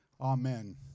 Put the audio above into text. Amen